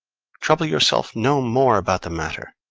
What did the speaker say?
trouble yourself no more about the matter.